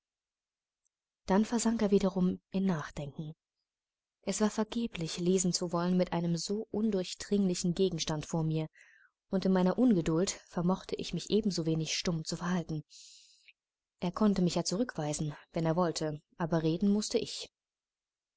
dann versank er wiederum in nachdenken es war vergeblich lesen zu wollen mit einem so undurchdringlichen gegenstand vor mir und in meiner ungeduld vermochte ich mich ebensowenig stumm zu verhalten er konnte mich ja zurückweisen wenn er wollte aber reden mußte ich